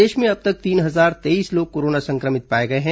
प्रदेश में अब तक तीन हजार तेईस लोग कोरोना संक्रमित पाए गए हैं